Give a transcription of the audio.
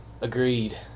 Agreed